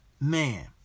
man